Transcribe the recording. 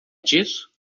disso